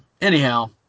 anyhow